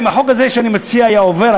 אם החוק הזה שאני מציע יעבור,